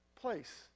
place